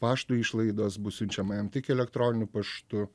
pašto išlaidos bus siunčiama jam tik elektroniniu paštu